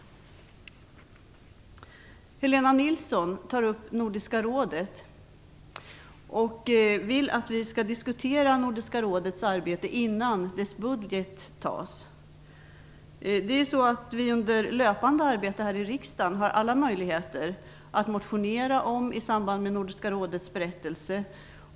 Helena Nilsson tar upp Nordiska rådet och vill att vi skall diskutera Nordiska rådets arbete innan dess budget antas. Under det löpande arbetet här i riksdagen har vi alla möjligheter att motionera om detta, t.ex. i samband med Nordiska rådets berättelse.